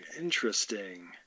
Interesting